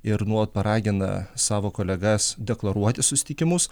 ir nuolat paragina savo kolegas deklaruoti susitikimus